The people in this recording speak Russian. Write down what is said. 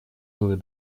свою